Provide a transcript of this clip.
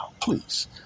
please